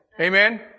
Amen